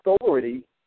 authority